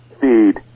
feed